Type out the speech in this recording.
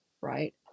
right